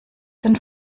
den